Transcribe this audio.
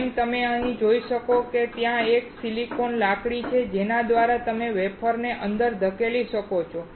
જેમ તમે અહીં જોઈ શકો છો ત્યાં એક સિલિકોન લાકડી છે જેના દ્વારા તમે વેફરને અંદર ધકેલી શકો છો